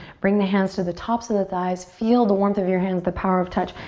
bring the hands to the tops of the thighs. feel the warmth of your hands, the power of touch,